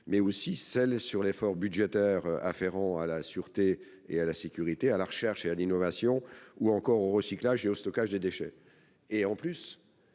portant sur l'effort budgétaire afférent à la sûreté, à la sécurité, à la recherche, à l'innovation ou encore au recyclage et au stockage des déchets. En outre,